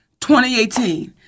2018